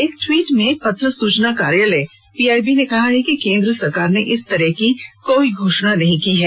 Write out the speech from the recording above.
एक ट्वीट में पत्र सूचना कार्यालय पीआईबी ने कहा है कि केन्द्र सरकार ने इस तरह की कोई घोषणा नहीं की है